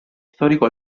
storico